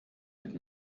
mit